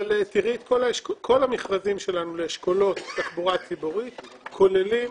כל המכרזים שלנו לאשכולות תחבורה ציבורית כוללים